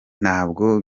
ntabwo